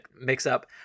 mix-up